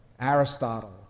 Aristotle